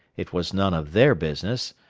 it was none of their business.